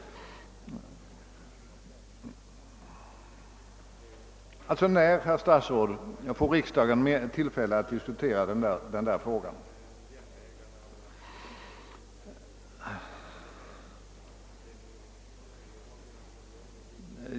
Alltså, herr statsråd: När får riks dagen tillfälle att diskutera den frågan?